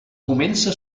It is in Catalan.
comença